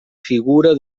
figura